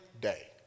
day